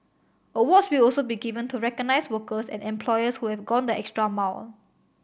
awards will also be given to recognise workers and employers who have gone the extra mile